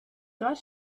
dort